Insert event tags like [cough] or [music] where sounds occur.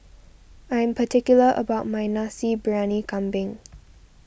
I am particular about my Nasi Briyani Kambing [noise]